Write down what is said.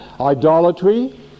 idolatry